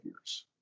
years